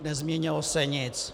Nezměnilo se nic.